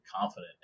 confident